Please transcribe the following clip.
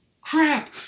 Crap